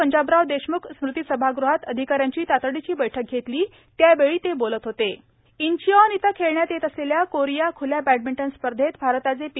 पंजाबराव देशम्ख स्मृती सभागृहात अधिकाऱ्यांची तातडीची बैठक घेतली त्यावेळी ते बोलत होते इंचिऑन इथं खेळण्यात येत असलेल्या कोरिया खुल्या बॅडमिंटन स्पर्धेत भारताचे पी